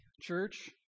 church